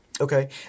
Okay